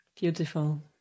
Beautiful